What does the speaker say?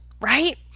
right